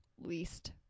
least